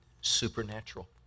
Supernatural